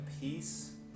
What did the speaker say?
peace